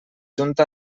junta